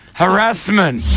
harassment